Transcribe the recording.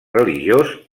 religiós